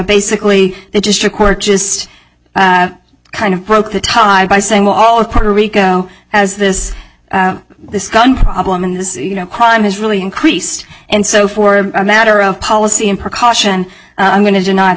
basically the district court just kind of broke the tide by saying well all of puerto rico has this this gun problem in this crime has really increased and so for a matter of policy in precaution i'm going to deny the